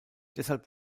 deshalb